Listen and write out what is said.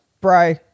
Bro